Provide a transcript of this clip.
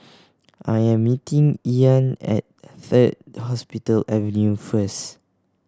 I am meeting Ean at Third Hospital Avenue first